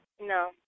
No